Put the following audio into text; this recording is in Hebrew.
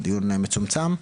דיון מצומצם,